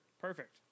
Perfect